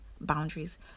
boundaries